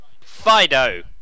Fido